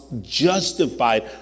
justified